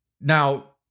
Now